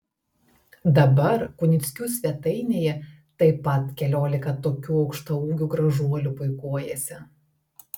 dabar kunickių svetainėje taip pat keliolika tokių aukštaūgių gražuolių puikuojasi